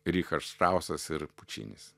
richas štrausas ir pučinis